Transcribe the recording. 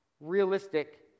realistic